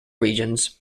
regions